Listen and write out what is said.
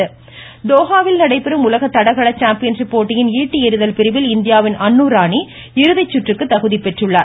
தடகளம் தோஹாவில் நடைபெறும் உலக தடகள சாம்பியன்ஷிப் போட்டியின் ஈட்டி எறிதல் பிரிவில் இந்தியாவின் அன்னு ராணி இறுதிச்சுற்றுக்கு தகுதி பெற்றுள்ளார்